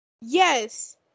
yes